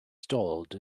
stalled